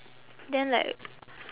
then like